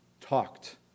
talked